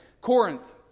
Corinth